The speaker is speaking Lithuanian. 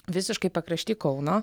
visiškai pakrašty kauno